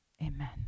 Amen